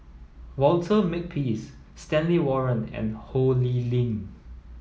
Walter Makepeace Stanley Warren and Ho Lee Ling